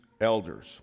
elders